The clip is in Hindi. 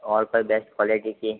और कोई बेस्ट क्वालिटी की